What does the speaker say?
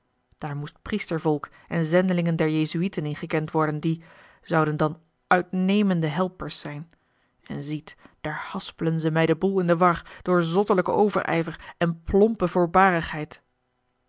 daar moest priestervolk en zendelingen der jezuïeten in gekend worden die zouden dan uitnemende helpers zijn en ziet daar haspelen ze mij den boel in de war door zottelijken overijver en plompe voorbarigheid